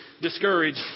Discouraged